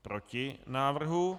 Proti návrhu.